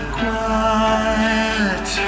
quiet